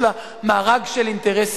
יש לה מארג של אינטרסים.